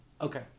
Okay